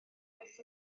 wyth